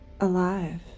Alive